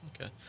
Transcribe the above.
Okay